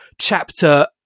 chapter